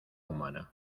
humana